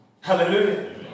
Hallelujah